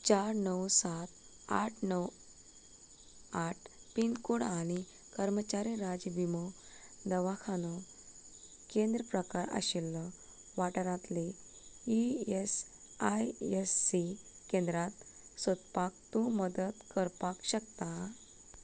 चार णव सात आठ णव आठ पीन कोड आनी कर्मचारी राज्य विमो दवाखानो केंद्र प्रकार आशिल्ल्या वाठारांतली E S I S C केंद्रां सोदपाक तूं मदत करपाक शकता